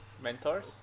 Mentors